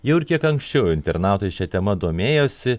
jau ir kiek anksčiau internautai šia tema domėjosi